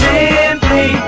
Simply